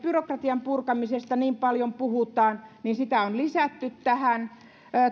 byrokratian purkamisesta niin paljon puhutaan sitä on lisätty tähän